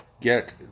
get